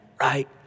right